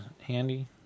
handy